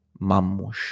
Mamush